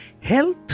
Health